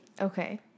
Okay